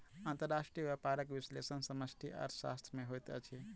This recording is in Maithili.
अंतर्राष्ट्रीय व्यापारक विश्लेषण समष्टि अर्थशास्त्र में होइत अछि